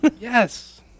Yes